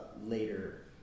later